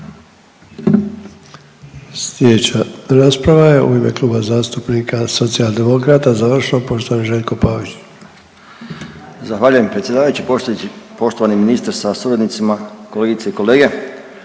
Slijedeća rasprava je u ime Kluba zastupnika Socijaldemokrata završno, poštovani Željko Pavić. **Pavić, Željko (Nezavisni)** Zahvaljujem predsjedavajući, poštovani ministre sa suradnicima, kolegice i kolege